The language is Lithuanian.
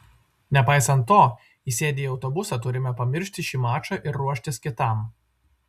nepaisant to įsėdę į autobusą turime pamiršti šį mačą ir ruoštis kitam